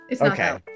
Okay